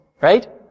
Right